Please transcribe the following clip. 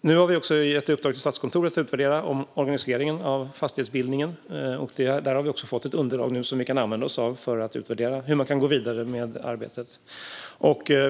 Nu har vi gett Statskontoret i uppdrag att utvärdera organiseringen av fastighetsbildningen. Vi har nu fått ett underlag som vi kan använda för att utvärdera hur man kan gå vidare med det arbetet.